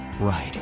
right